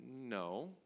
No